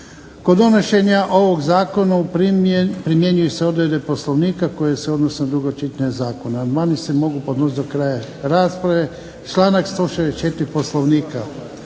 Kod donošenja ovog zakona primjenjuju se odredbe Poslovnika koje se odnose na drugo čitanje zakona. Amandmani se mogu podnositi do kraja rasprave, članak 164. Poslovnika.